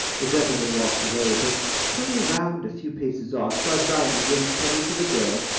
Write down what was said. the gentleman walked away, but turning round a few paces off, saw diamond give his penny to the girl,